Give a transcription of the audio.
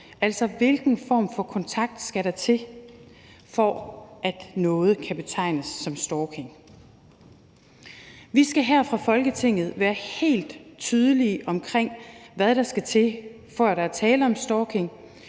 altså hvilken form for kontakt der skal til, for at noget kan betegnes som stalking. Vi skal her fra Folketingets side være helt tydelige omkring, hvad der skal til, for at der er tale om stalking,